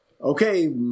okay